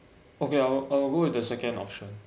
okay I'll I'll go with the second option